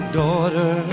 daughter